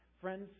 Friends